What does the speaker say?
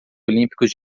olímpicos